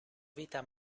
vita